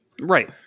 Right